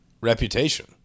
reputation